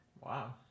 wow